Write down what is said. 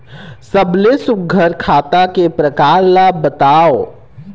सबले सुघ्घर खाता के प्रकार ला बताव?